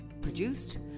produced